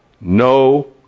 No